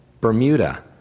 bermuda